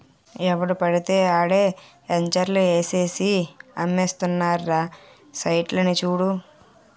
ఎవడు పెడితే ఆడే ఎంచర్లు ఏసేసి అమ్మేస్తున్నారురా సైట్లని చూడు